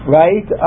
right